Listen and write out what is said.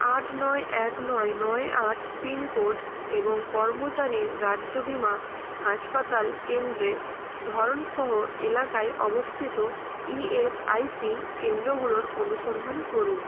আট নয় এক নয় নয় আট পিনকোড এবং কর্মচারী রাজ্য বিমা হাসপাতাল কেন্দ্রের ধরন সহ এলাকায় অবস্থিত ইএসআইসি কেন্দ্রগুলোর অনুসন্ধান করুন